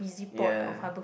ya